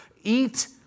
eat